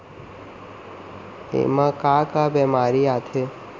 एमा का का बेमारी आथे?